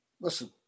Listen